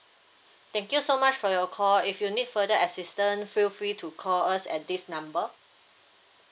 thank you so much for your call if you need further assistant feel free to call us at this number